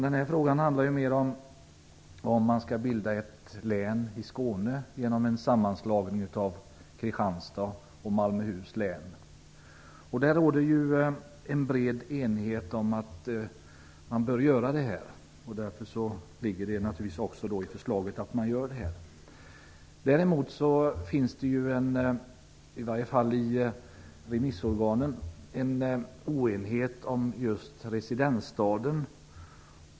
Denna fråga handlar om huruvida man skall bilda ett län i Skåne genom en sammanslagning av Kristianstads och Malmöhus län. Det råder en bred enighet om att man bör göra detta. Därför finns det naturligtvis också med i förslaget. Däremot finns det, i alla fall i remissorganen, en oenighet om just residensstaden.